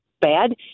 bad